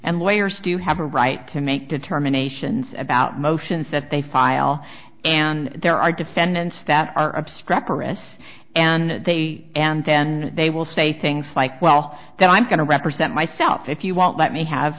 and lawyers do have a right to make determinations about motions that they file and there are defendants that are obstreperous and they and then they will say things like well that i'm going to represent myself if you won't let me have